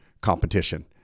competition